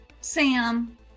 Sam